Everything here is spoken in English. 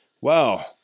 Wow